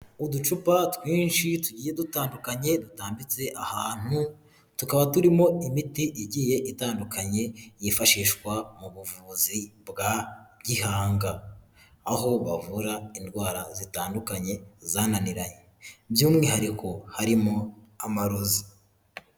Uducupa twinshi tugiye dutandukanye dutambitse ahantu tukaba turimo imiti igiye itandukanye yifashishwa mu buvuzi bwa gihanga aho bavura indwara zitandukanye zananiranye by'umwihariko harimo amarozi.